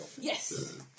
Yes